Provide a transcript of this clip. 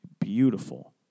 beautiful